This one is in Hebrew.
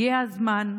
הגיע הזמן.